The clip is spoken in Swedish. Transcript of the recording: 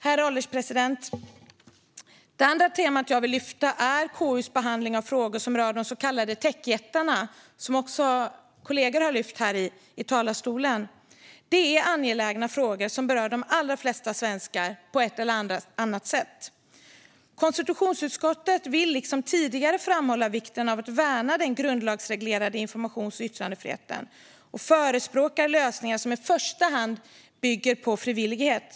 Herr ålderspresident! Det andra temat jag vill lyfta är KU:s behandling av frågor som rör de så kallade techjättarna. Det är angelägna frågor som berör de allra flesta svenskar på ett eller annat sätt. Konstitutionsutskottet vill liksom tidigare framhålla vikten av att värna den grundlagsreglerade informations och yttrandefriheten och förespråkar lösningar som i första hand bygger på frivillighet.